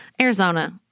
Arizona